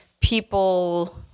people